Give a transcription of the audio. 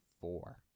four